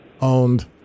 owned